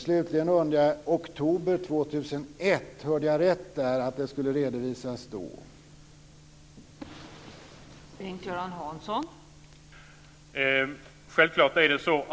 Slutligen undrar jag: Hörde jag rätt att utredningen skulle redovisas i oktober 2001?